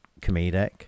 comedic